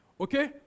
Okay